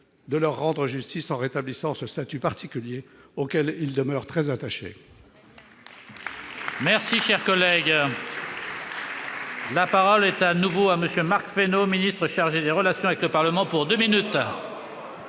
de leur rendre justice, en rétablissant ce statut particulier auquel ils demeurent très attachés